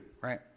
right